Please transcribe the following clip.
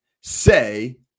say